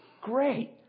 Great